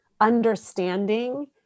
understanding